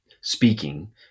speaking